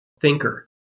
thinker